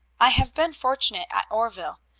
i have been fortunate at oreville.